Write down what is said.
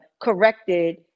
corrected